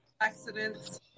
accidents